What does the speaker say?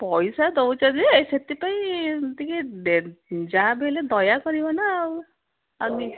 ପଇସା ଦେଉଛ ଯେ ସେଥିପାଇଁ ଟିକିଏ ଯାହାବି ହେଲେ ଦୟା କରିବନା ଆଉ ଆଉ